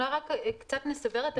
אולי קצת נסבר את האוזן.